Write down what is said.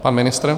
Pan ministr?